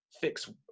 fix